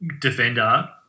defender